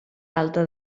alta